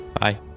Bye